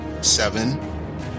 seven